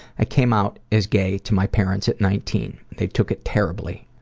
i came out as gay to my parents at nineteen. they took it terribly,